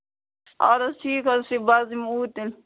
اَدٕ حظ ٹھیٖک حظ چھُ بہٕ حظ یِمہٕ اوٗرۍ تیٚلہِ